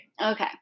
Okay